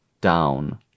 down